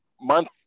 month